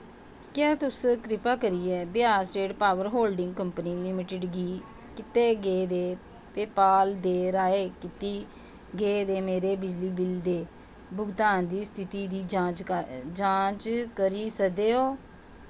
क्या तुस कृपा करियै Bihar state power holding company limited गी कीते गेदे पेऽपाल दे राहें कीते गेदे मेरे बिजली बिल दे भुगतान दी स्थिति दी जांच करी सकदे ओ